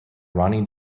ronnie